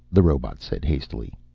the robot said hastily.